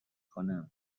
کنم